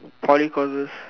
Poly courses